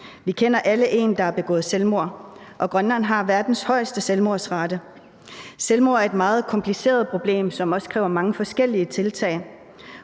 Vi kender alle en, der har begået selvmord, og Grønland har verdens højeste selvmordsrate. Selvmord er et meget kompliceret problem, som også kræver mange forskellige tiltag.